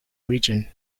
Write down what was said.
region